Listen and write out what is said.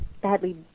badly